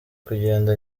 kugenda